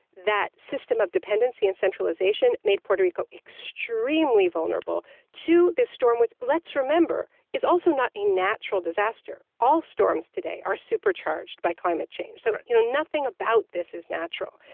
that system of dependency and centralization made puerto rico extremely vulnerable to this storm, which let's remember, is also not a natural disaster. all storms today are super-charged by climate change. so but you know nothing about this is natural.